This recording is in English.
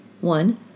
One